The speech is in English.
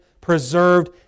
preserved